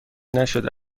نشده